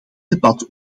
debat